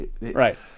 Right